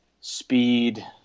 speed